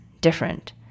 different